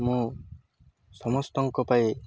ମୁଁ ସମସ୍ତଙ୍କ ପାଇଁ